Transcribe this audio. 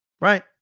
right